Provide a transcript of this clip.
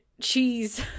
cheese